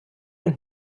und